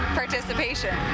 participation